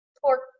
pork